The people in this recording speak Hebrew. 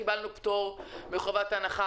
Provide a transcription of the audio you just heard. קיבלנו פטור מחובת הנחה,